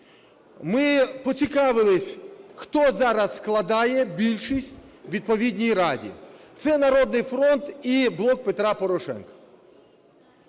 Ми поцікавились, хто зараз складає більшість у відповідній раді. Це "Народний фронт" і "Блок Петра Порошенка".